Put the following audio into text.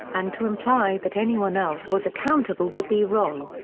and to imply that anyone else was accountable would be wrong.